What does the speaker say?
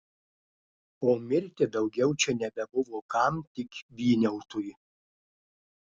o mirti daugiau čia nebebuvo kam tik vyniautui